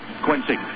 Quincy